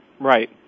Right